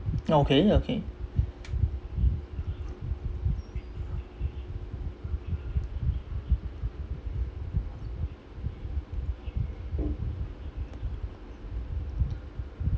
okay okay